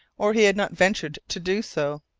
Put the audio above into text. or he had not ventured to do so,